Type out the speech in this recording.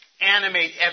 animate